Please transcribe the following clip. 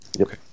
Okay